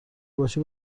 باشی